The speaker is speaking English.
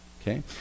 Okay